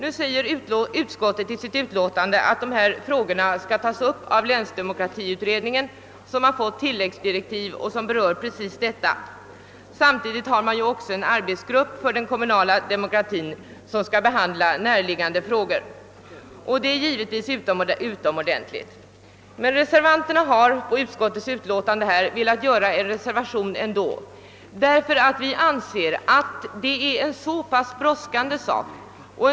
Utskottet säger i sitt utlåtande att dessa frågor skall tas upp av länsdemokratiutredningen, som fått tilläggsdirektiv vilka berör just detta. Samtidigt skall en arbetsgrupp för den kommunala demokratin behandla näraliggande frågor. Detta är utomordentligt bra. Men några utskottsledamöter har ändå velat avge en reservation till utlåtandet, eftersom de anser att det här gäller en så pass brådskande angelägenhet.